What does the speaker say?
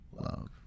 love